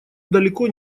далеко